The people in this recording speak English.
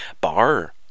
bar